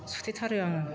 सुथेथारो आङो